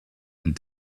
and